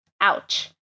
Ouch